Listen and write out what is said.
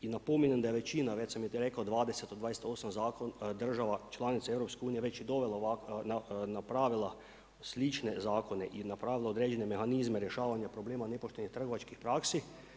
I napominjem da je većina, već sam rekao 20 od 28 država članica EU već je dovela, napravila slične zakona i napravila određene mehanizme rješavanja problema nepoštenih trgovačkih praksi.